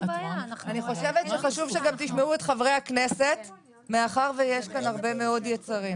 אני חושבת שחשוב שגם תשמעו את חברי הכנסת מאחר ויש כאן הרבה מאוד יצרים.